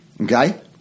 okay